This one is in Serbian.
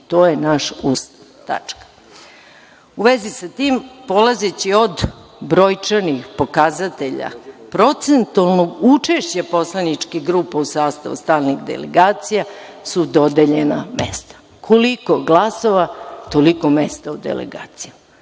To je naš Ustav, tačka.U vezi sa tim, polazeći od brojčanih pokazatelja procentualnog učešća poslanička grupa u sastavu stalnih delegacija su dodeljena mesta. Koliko glasova - toliko mesta u delegacijama.